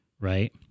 right